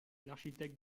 l’architecte